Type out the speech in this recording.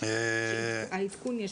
העדכון של